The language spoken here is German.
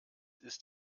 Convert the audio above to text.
ist